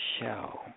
show